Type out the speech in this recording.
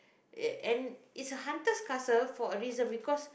yeah and it's a hunter's castle for a reason because